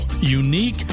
Unique